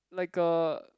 like a